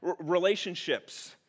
relationships